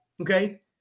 Okay